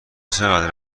چقدر